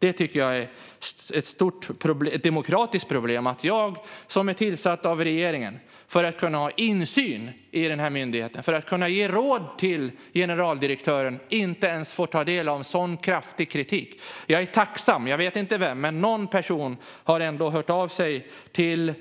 Jag tycker att det är ett stort demokratiskt problem att jag, som är tillsatt av regeringen för att kunna ha insyn i myndigheten och ge råd till generaldirektören, inte ens får ta del av en så kraftig kritik. Jag är tacksam över att någon person - jag vet inte vem - har hört av sig till